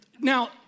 now